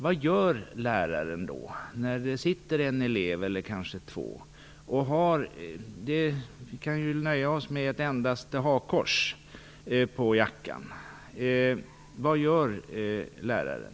Vad gör en lärare när det sitter en elev eller kanske två med ett hakkors på jackan - vi kan ju nöja oss med det i det här exemplet? Vad gör läraren?